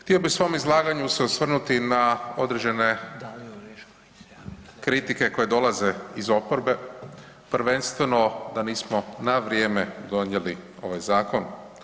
Htio bih u svom izlaganju se osvrnuti na određene kritike koje dolaze iz oporbe, prvenstveno da nismo na vrijeme donijeli ovaj zakon.